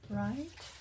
right